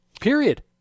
Period